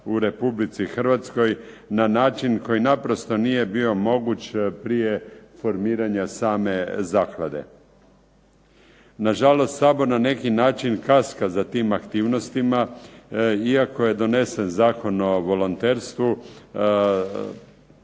u Republici Hrvatskoj na način koji naprosto nije bio moguć prije formiranja same zaklade. Na žalost Sabor na neki način kaska za tim aktivnostima, iako je donesen Zakon o volonterstvu,